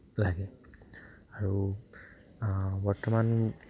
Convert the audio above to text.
লাগে আৰু বৰ্তমান